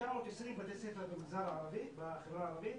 920 בתי ספר בחברה הערבית